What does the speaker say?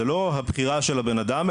זה לא הבחירה של הבן אדם,